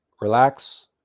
relax